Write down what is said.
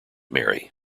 mary